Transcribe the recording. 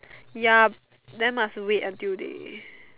ya then must wait until they